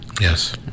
Yes